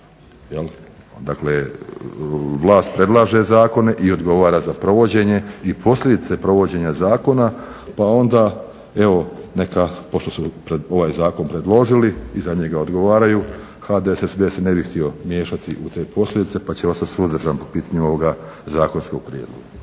dakle vlast predlaže i odgovara za provođenje i posljedice provođenja zakona pa onda evo neka pošto su ovaj zakon predložili i za njega odgovaraju HDSSB se ne bi htio miješati u te posljedice pa će ostati suzdržan po pitanju ovoga zakonskog prijedloga.